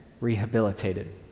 rehabilitated